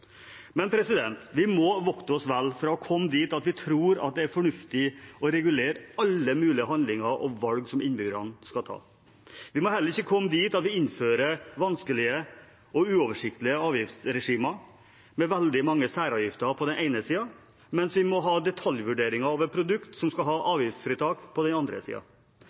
vi må vokte oss vel for å komme dit at vi tror det er fornuftig å regulere alle mulige handlinger og valg som innbyggerne skal ta. Vi må heller ikke komme dit at vi innfører vanskelige og uoversiktlige avgiftsregimer med veldig mange særavgifter på den ene siden, mens vi må ha detaljvurderinger av produkt som skal ha avgiftsfritak, på den andre